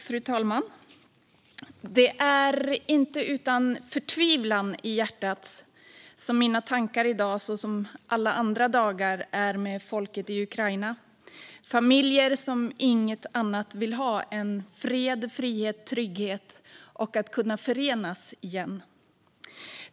Fru talman! Det är inte utan förtvivlan i hjärtat som mina tankar i dag som alla andra dagar är med folket i Ukraina - familjer som inget annat vill ha än fred, frihet, trygghet och att kunna förenas igen.